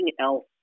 else